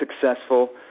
successful